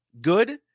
good